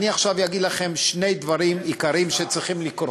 עכשיו אגיד לכם שני דברים עיקריים שצריכים לקרות.